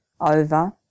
over